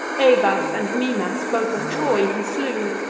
evas and mimas, both of troy, he slew.